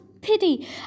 pity